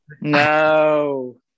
No